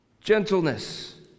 gentleness